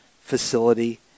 facility